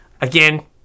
Again